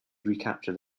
recaptured